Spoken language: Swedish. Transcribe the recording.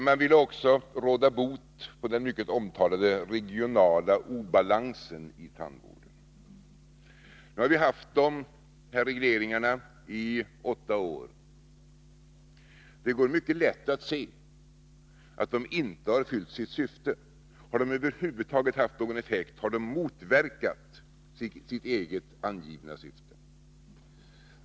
Man ville också råda bot på den mycket omtalade regionala obalansen i tandvården. Nu har vi alltså haft dessa regleringar i åtta år. Det går mycket lätt att se att de inte har fyllt sitt syfte. Har de över huvud taget haft någon effekt så har de motverkat sitt eget angivna syfte.